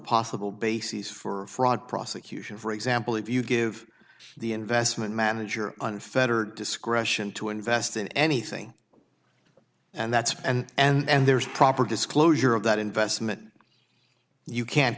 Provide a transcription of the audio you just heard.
possible bases for fraud prosecution for example if you give the investment manager unfettered discretion to invest in anything and that's and and there's proper disclosure of that investment you can't